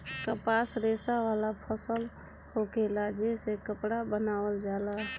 कपास रेशा वाला फसल होखेला जे से कपड़ा बनावल जाला